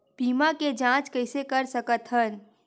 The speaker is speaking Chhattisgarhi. बीमा के जांच कइसे कर सकत हन?